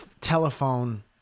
telephone